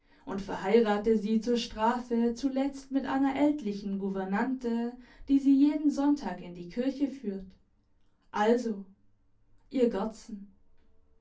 und verheirate sie zur strafe zuletzt mit einer ältlichen gouvernante die sie jeden sonntag in die kirche führt also ihr